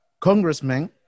congressman